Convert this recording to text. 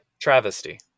Travesty